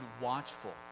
watchful